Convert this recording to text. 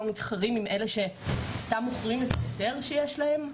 מתחרים עם אלה שסתם מוכרים את ההיתר שיש להם,